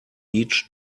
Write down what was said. each